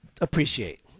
appreciate